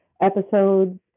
episodes